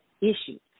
issues